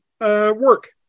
work